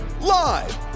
live